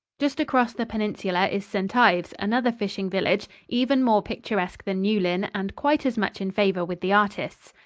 just across the peninsula is st. ives, another fishing village, even more picturesque than newlyn and quite as much in favor with the artists.